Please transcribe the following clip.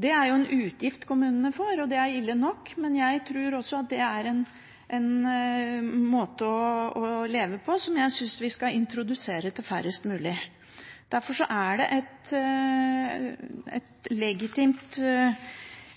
Det er en utgift kommunene får, og det er ille nok, men det er en måte å leve på som jeg synes vi skal introdusere til færrest mulig. Derfor er det et legitimt